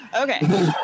Okay